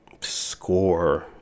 score